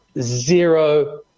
zero